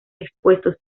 expuestos